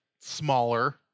Smaller